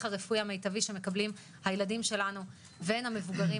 הרפואי המיטבי שמקבלים הן הילדים שלנו והן המבוגרים,